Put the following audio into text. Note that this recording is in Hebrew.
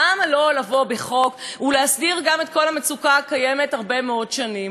למה לא לבוא בחוק ולהסדיר גם את כל המצוקה הקיימת הרבה מאוד שנים?